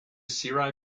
cirri